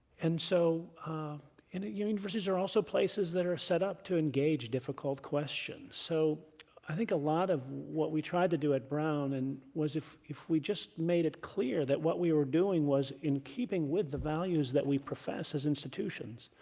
and so universities are also places that are set up to engage difficult questions. so i think a lot of what we tried to do at brown and was if if we just made it clear that what we were doing was in keeping with the values that we profess as institutions,